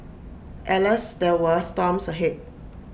alas there were storms ahead